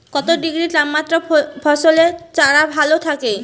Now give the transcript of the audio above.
কত ডিগ্রি তাপমাত্রায় ফসলের চারা ভালো থাকে?